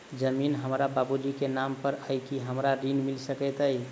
जमीन हमरा बाबूजी केँ नाम पर अई की हमरा ऋण मिल सकैत अई?